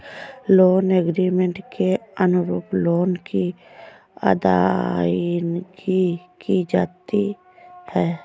loan agreement के अनुरूप loan की अदायगी की जाती है